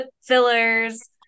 fillers